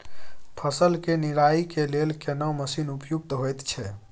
फसल के निराई के लेल केना मसीन उपयुक्त होयत छै?